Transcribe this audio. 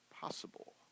possible